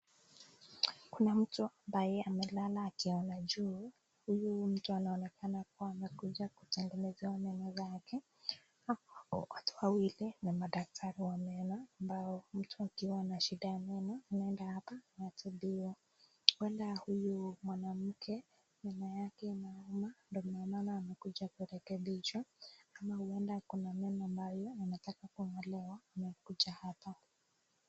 Kuna mtu ambaye amelala akiangalia juu , huyu mtu anaonekana kuwa amekuja kutengenewa meno zake , huku watu wawili ni madaktari wa meno amabo mtu akiwa na shida ya meno anaenda hapo anatibiwa. Huenda huyu mwanamke meno yake inauma ,ndo maana amekuja kurehekebisha ama huenda ako na meno ambayo inataka kung'olewa amekuja hapa.